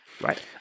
right